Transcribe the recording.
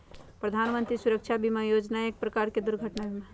प्रधान मंत्री सुरक्षा बीमा योजना एक प्रकार के दुर्घटना बीमा हई